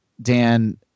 Dan